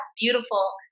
beautiful